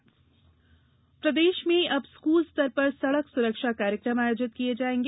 सड़क सुरक्षा प्रदेश में अब स्कूल स्तर पर सड़क सुरक्षा कार्यक्रम आयोजित किये जाएंगे